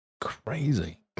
crazy